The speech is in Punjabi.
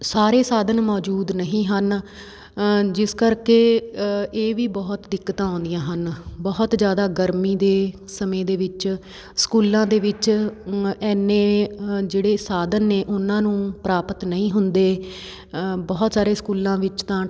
ਸਾਰੇ ਸਾਧਨ ਮੌਜੂਦ ਨਹੀਂ ਹਨ ਜਿਸ ਕਰਕੇ ਇਹ ਵੀ ਬਹੁਤ ਦਿੱਕਤਾਂ ਆਉਂਦੀਆਂ ਹਨ ਬਹੁਤ ਜ਼ਿਆਦਾ ਗਰਮੀ ਦੇ ਸਮੇਂ ਦੇ ਵਿੱਚ ਸਕੂਲਾਂ ਦੇ ਵਿੱਚ ਅ ਇੰਨੇ ਜਿਹੜੇ ਸਾਧਨ ਨੇ ਉਹਨਾਂ ਨੂੰ ਪ੍ਰਾਪਤ ਨਹੀਂ ਹੁੰਦੇ ਬਹੁਤ ਸਾਰੇ ਸਕੂਲਾਂ ਵਿੱਚ ਤਾਂ